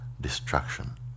destruction